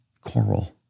coral